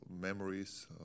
memories